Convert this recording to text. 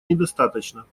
недостаточно